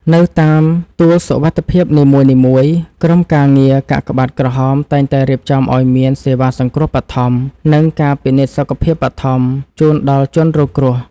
នៅតាមទួលសុវត្ថិភាពនីមួយៗ ក្រុមការងារកាកបាទក្រហមតែងតែរៀបចំឱ្យមានសេវាសង្គ្រោះបឋម និងការពិនិត្យសុខភាពបឋមជូនដល់ជនរងគ្រោះ។